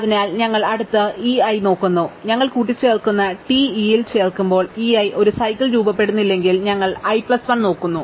അതിനാൽ ഞങ്ങൾ അടുത്ത E i നോക്കുന്നു ഞങ്ങൾ കൂട്ടിച്ചേർക്കുന്ന TE ൽ ചേർക്കുമ്പോൾ E i ഒരു സൈക്കിൾ രൂപപ്പെടുന്നില്ലെങ്കിൽ ഞങ്ങൾ i പ്ലസ് 1 നോക്കുന്നു